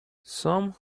some